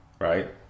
right